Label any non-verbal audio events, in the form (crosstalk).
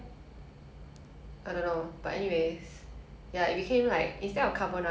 (laughs) I know they were so dry